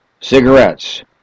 cigarettes